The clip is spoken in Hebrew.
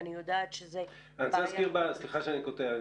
סליחה שאני קוטע אותך.